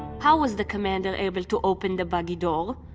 how was the commander able to open the buggy door?